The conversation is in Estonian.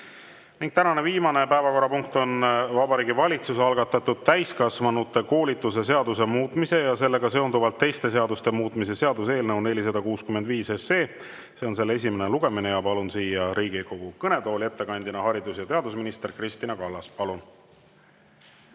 Palun! Tänane viimane päevakorrapunkt on Vabariigi Valitsuse algatatud täiskasvanute koolituse seaduse muutmise ja sellega seonduvalt teiste seaduste muutmise seaduse eelnõu 465. See on selle esimene lugemine. Palun siia Riigikogu kõnetooli ettekandeks haridus‑ ja teadusminister Kristina Kallase. Palun!